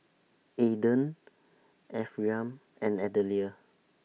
Aydan Ephriam and Adelia